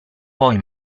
poi